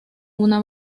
una